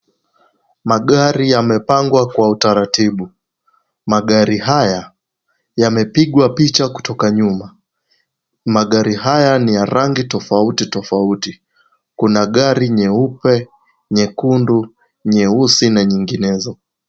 Magari yamepangwa kwa utaratibu. Magari haya yamepigwa picha kutoka nyuma. Magari haya ni ya rangi tofauti tofauti. Kuna gari nyeupe, nyekundu, nyeusi na nyinginezo.